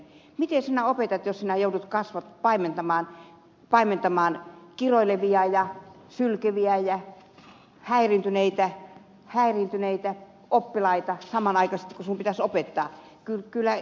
miten sinä opetat jos sinä joudut paimentamaan kiroilevia ja sylkeviä ja häiriintyneitä oppilaita samanaikaisesti kun sinun pitäisi opettaa